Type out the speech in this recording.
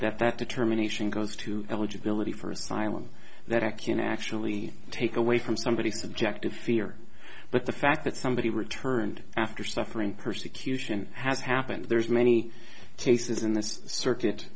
that that determination goes to eligibility for asylum that i can actually take away from somebody's subjective fear but the fact that somebody returned after suffering persecution has happened there's many cases